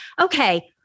okay